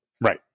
Right